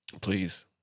Please